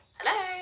Hello